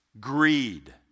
greed